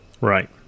Right